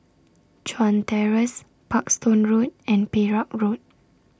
Chuan Terrace Parkstone Road and Perak Road